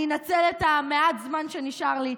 אני אנצל את מעט הזמן שנשאר לי,